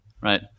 right